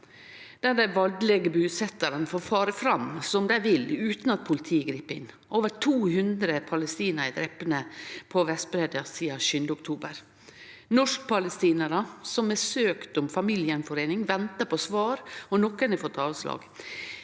dei valdlege busettarane får fare fram som dei vil, utan at politiet grip inn. Over 200 palestinarar er drepne på Vestbreidda sidan den 7. oktober. Norsk-palestinarar som har søkt om familiegjenforeining, ventar på svar, og nokon har fått avslag.